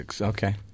Okay